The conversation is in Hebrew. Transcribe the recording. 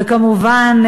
וכמובן,